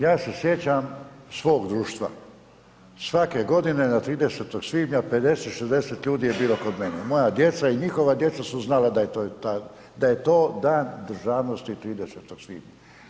Ja se sjećam svog društva, svake godine na 30. svibnja 50, 60 ljudi je bilo kod mene, moja djeca i njihova djeca su znala da je to Dan državnosti 30. svibnja.